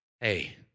Hey